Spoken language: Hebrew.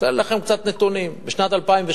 אתן לכם קצת נתונים: בשנת 2008